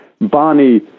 Barney